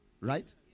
right